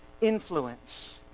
influence